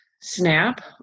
snap